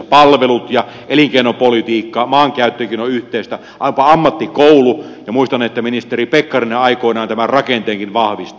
palvelut ja elinkeinopolitiikka maankäyttökin on yhteistä ammattikoulu ja muistan että ministeri pekkarinen aikoinaan tämän rakenteenkin vahvisti